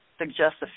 suggests